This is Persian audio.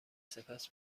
سپس